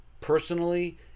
personally